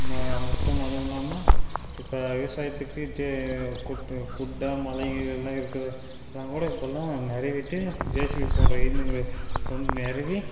மட்டும் அதுவும் இல்லாமல் இப்போ விவசாயத்துக்கு குட்டை மழைங்க இது எல்லாம் இருக்கறதுலாம்கூட இப்போல்லாம் நெரவிட்டு ஜேஸிபி போன்ற இயந்திரங்களை கொண் நிரவி